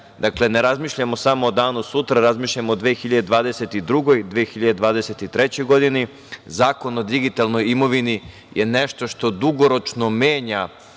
Dakle, ne razmišljamo o danu sutra, razmišljamo o 2022, 2023. godini, zakon o digitalnoj imovini je nešto što dugoročno menja